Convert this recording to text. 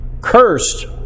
Cursed